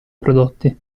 prodotti